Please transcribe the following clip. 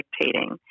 dictating